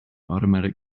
automatic